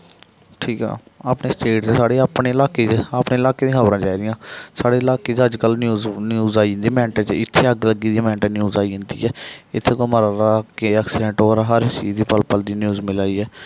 ठीक ऐ अपने स्टेट दे साढ़े अपने इलाके च अपने इलाके दी खब़रां चाहिदियां साढ़े इलाके च अज्जकल न्यूज न्यूज आई जंदी मैन्टे च इत्थें अग्ग लग्गी दी ऐ मैन्टे च न्यूज आई जंदी ऐ इत्थें कोई मरा दा केह् ऐक्सीडेट होआ दा हर चीज दी पल पल दी न्यूज मिला दी ऐ